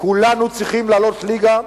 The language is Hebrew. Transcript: כולנו צריכים לעלות ליגה,